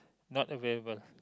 not available